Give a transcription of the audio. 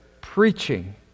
preaching